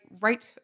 right